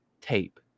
tape